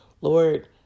Lord